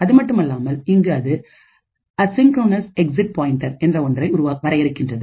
அதுமட்டுமல்லாமல் இங்கு அது அசின்குரோனஸ் எக்ஸிட் பாயின்டர் என்ற ஒன்றை வரையறுக்கின்றது